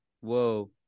whoa